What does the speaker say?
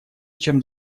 чем